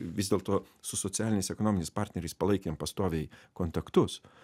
vis dėlto su socialiniais ekonominiais partneriais palaikėm pastoviai kontaktus